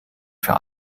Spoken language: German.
für